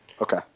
Okay